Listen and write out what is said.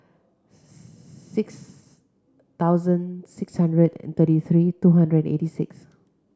six thousand six hundred and thirty three two hundred and eighty six